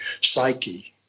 psyche